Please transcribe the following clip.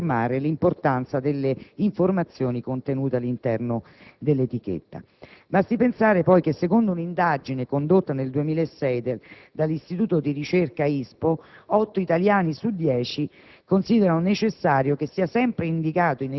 che porta sempre più ad affermare l'importanza delle informazioni contenute all'interno delle etichette. Basti pensare che, secondo un'indagine condotta nel 2006 dall'istituto di ricerca ISPO, 8 italiani su 10